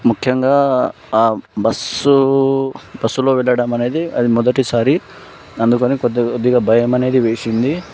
ముఖ్యంగా బస్సు బస్సులో వెళ్ళడం అనేది అది మొదటిసారి అందుకని కొద్ది కొద్దిగా భయం అనేది వేసింది